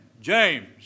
James